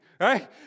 right